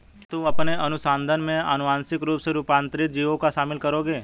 क्या तुम अपने अनुसंधान में आनुवांशिक रूप से रूपांतरित जीवों को शामिल करोगे?